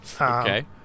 Okay